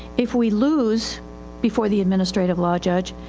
if we lose before the administrative law judge,